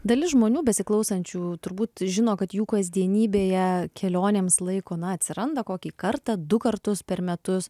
dalis žmonių besiklausančių turbūt žino kad jų kasdienybėje kelionėms laiko na atsiranda kokį kartą du kartus per metus